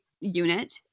unit